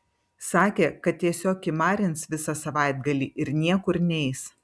sakė kad tiesiog kimarins visą savaitgalį ir niekur neis